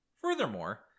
Furthermore